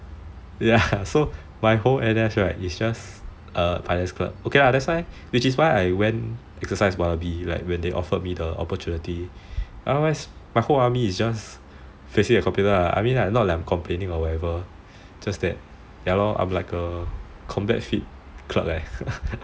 ya so my whole N_S right is just finance clerk okay lah that's why which is why I went exercise wannabe when they offered me the opportunity otherwise my whole army is just facing a computer not like I'm complaining or whatever just that ya lor I'm like a combat fit clerk eh